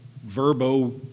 verbo